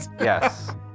Yes